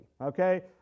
Okay